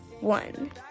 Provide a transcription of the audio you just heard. one